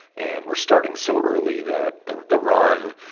and we're starting so early that the the run,